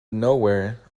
nowhere